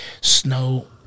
snow